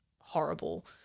horrible